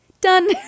done